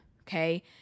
Okay